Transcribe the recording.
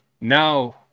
now